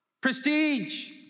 prestige